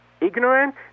ignorant